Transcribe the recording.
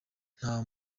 nta